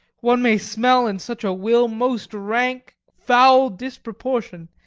one may smell in such a will most rank, foul disproportion,